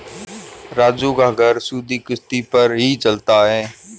राजू का घर सुधि किश्ती पर ही चलता है